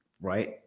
right